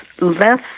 less